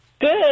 Good